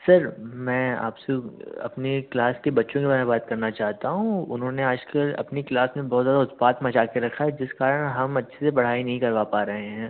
sir मैं आप से अपनी क्लास के बच्चों के बारे में बात करना चाहता हूँ उन्होंने आज कल अपनी क्लास में बहुत ज़्यादा उत्पात मचा के रखा है जिस कारण हम अच्छे पढ़ाई नहीं करवा पा रहे हैं